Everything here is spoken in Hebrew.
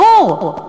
ברור,